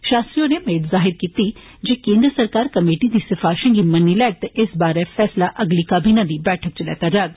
षास्त्री होरें मेद जाहिर कीती ऐ जे केंद्र सरकार कमेटी दी सिफारिषें गी मन्नी लैग ते इस बारे फैसला अगली काबिना दी बैठक इच लैग